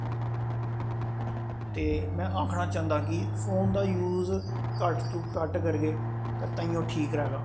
में आखना चाहंदा कि फोन दा यूज घट्ट तू घट्ट करगे ते ताहियों ठीक रहेगा